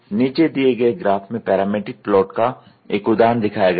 नीचे दिये गये ग्राफ में पैरामीट्रिक प्लॉट का एक उदाहरण दिखाया गया है